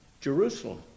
Jerusalem